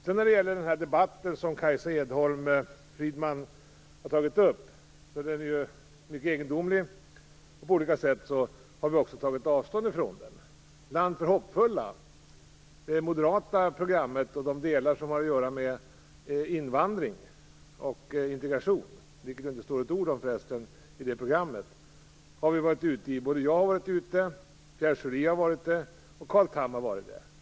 Sedan är ju den debatt som Kajsa Ekholm Friedman har tagit upp mycket egendomlig, och vi har också tagit avstånd från den på olika sätt. Land för hoppfulla, det moderata programmet, och de delar däri som har att göra med invandring och integration - förresten står det inte ett ord om integration i det programmet - har både jag, Pierre Schori och Carl Tham bemött.